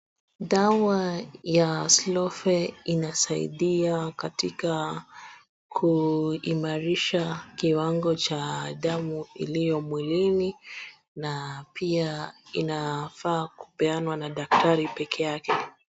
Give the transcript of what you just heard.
Dawa ya slow fe inasaidia katika kuimarisha kiwango cha damu iliyo mwilini na pia inafaa kupeanwa na daktari peke yake.